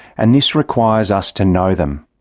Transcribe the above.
and this requires us to know them.